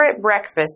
breakfast